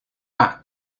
pak